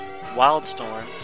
Wildstorm